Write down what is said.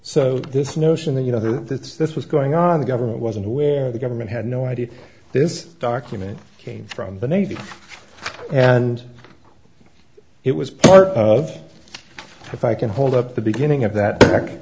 so this notion that you know that's this was going on the government wasn't aware of the government had no idea this document came from the navy and it was part of if i can hold up the beginning of that